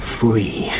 free